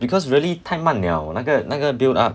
because really 太慢 liao 那个那个 build up